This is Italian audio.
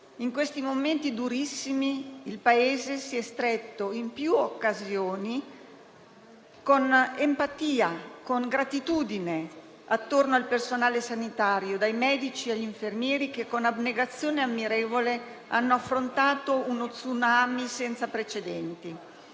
In questi momenti durissimi il Paese si è stretto in più occasioni, con empatia e gratitudine, attorno al personale sanitario, dai medici agli infermieri che con abnegazione ammirevole hanno affrontato uno tsunami senza precedenti.